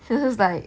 so it's like